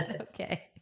okay